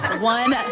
one